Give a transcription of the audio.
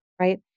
right